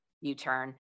U-Turn